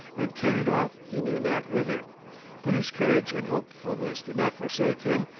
and carried off he knew not whither but his courage and hopefulness did not forsake him,